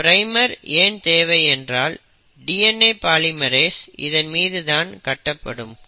இந்த பிரைமர் ஏன் தேவை என்றால் DNA பாலிமெரேஸ் இதன் மீது தான் கட்டப்படும்